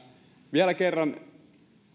vielä kerran